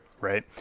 Right